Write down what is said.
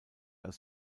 als